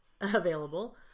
available